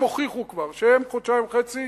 הם הוכיחו כבר שהם חודשיים וחצי